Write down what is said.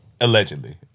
allegedly